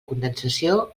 condensació